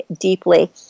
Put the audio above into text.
deeply